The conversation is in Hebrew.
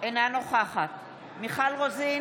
אינה נוכחת מיכל רוזין,